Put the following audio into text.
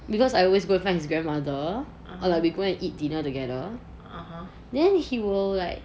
because I always go find his grandmother or like we go and eat dinner together then he will like